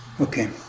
Okay